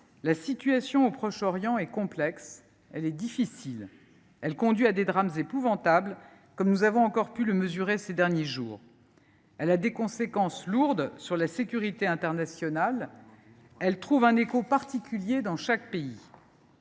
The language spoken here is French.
la situation au Proche Orient est complexe, elle est difficile. Elle conduit à des drames épouvantables, comme nous avons encore pu le mesurer ces derniers jours. Elle a des conséquences lourdes sur la sécurité internationale. Elle trouve un écho particulier dans chaque pays.